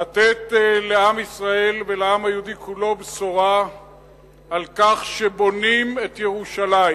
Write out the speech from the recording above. לתת לעם ישראל ולעם היהודי כולו בשורה על כך שבונים את ירושלים,